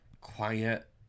quiet